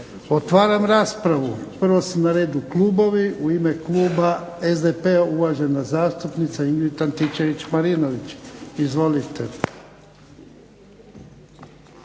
Otvaram raspravu. Prvo su na redu klubovi. U ime kluba SDP-a uvažena zastupnica Ingrid Antičević Marinović. Izvolite.